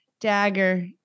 Dagger